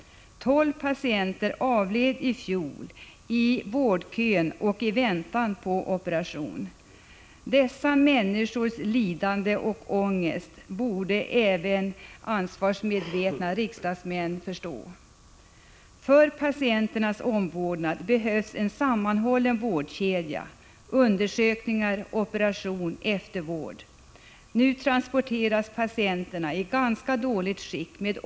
Tolv patienter avled i fjol i vårdkö och väntan på operation. Dessa människors lidande och ångest borde även ansvarsmedvetna riksdagsmän förstå. För patienternas omvårdnad behövs en sammanhållen vårdkedja — undersökningar, operation, eftervård. Nu transporteras patienterna i ganska dåligt skick.